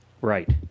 Right